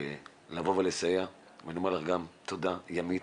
שיבוא ויסייע, ואני אומר לך גם תודה, ימית.